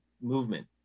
movement